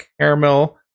Caramel